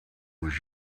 was